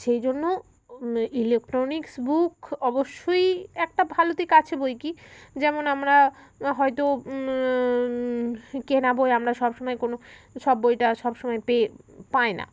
সেই জন্য electronics book অবশ্যই একটা ভালো দিক আছে বই কি যেমন আমরা হয়তো কেনা বই আমরা সব সময় কোনও সব বইটা সব সময় পেয়ে পাই না